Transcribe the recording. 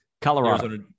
Colorado